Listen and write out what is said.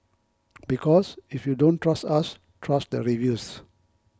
because if you don't trust us trust the reviews